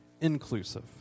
inclusive